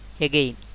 again